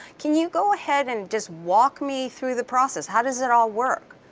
can you go ahead and just walk me through the process? how does it all work?